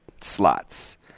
slots